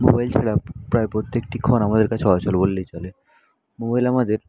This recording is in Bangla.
মোবাইল ছাড়া প্রায় প্রত্যেকটি ক্ষণ আমাদের কাছে অচল বললেই চলে মোবাইল আমাদের